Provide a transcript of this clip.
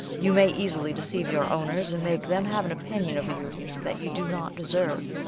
you may easily deceive your owners, and make them have an opinion of you that you do not deserve,